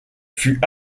fut